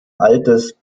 altes